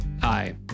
Hi